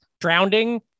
drowning